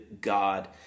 God